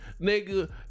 nigga